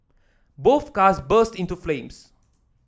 both cars burst into flames